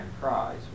prize